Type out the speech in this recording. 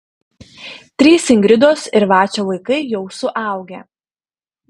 trys ingridos ir vacio vaikai jau suaugę